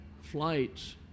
flights